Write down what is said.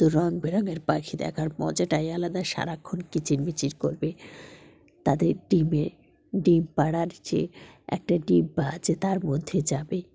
তো রঙ বেরঙের পাখি দেখার মজাটাই আলাদা সারাক্ষণ কিচিরমিচির করবে তাদের ডিমের ডিম পাড়ার যে একটা ডিম আছে তার মধ্যে যাবে